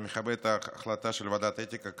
אני מכבד את ההחלטה של ועדת האתיקה,